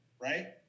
right